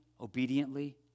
obediently